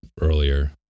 earlier